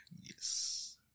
yes